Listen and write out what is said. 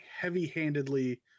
heavy-handedly